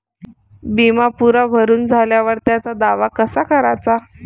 बिमा पुरा भरून झाल्यावर त्याचा दावा कसा कराचा?